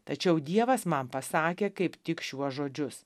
tačiau dievas man pasakė kaip tik šiuos žodžius